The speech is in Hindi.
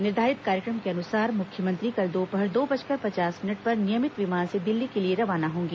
निर्धारित कार्यक्रम के अनुसार मुख्यमंत्री कल दोपहर दो बजकर पचास मिनट पर नियमित विमान से दिल्ली के लिए रवाना होंगे